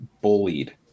bullied